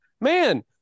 man